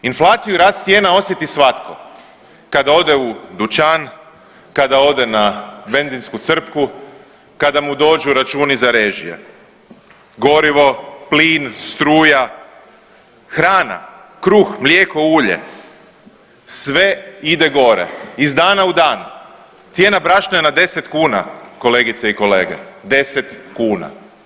Inflaciju i rast cijena osjeti svatko kada ode u dućan, kada ode na benzinsku crpku, kada mu dođu računi za režije, gorivo, plin, struja, hrana, kruh, mlijeko, ulje, sve ide gore iz dana u dan, cijena brašna je na 10 kuna kolegice i kolege, 10 kuna.